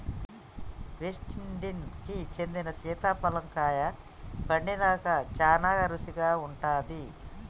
West Indies కి చెందిన సీతాఫలం కాయ పండినంక సానా రుచిగా ఉంటాది